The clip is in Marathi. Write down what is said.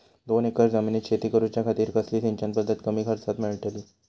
दोन एकर जमिनीत शेती करूच्या खातीर कसली सिंचन पध्दत कमी खर्चात मेलतली?